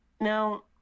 now